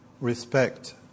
respect